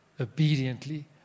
obediently